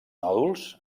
nòduls